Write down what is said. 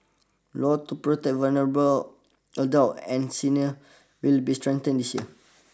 laws to protect vulnerable adults and seniors will be strengthened this year